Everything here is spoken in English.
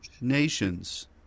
nations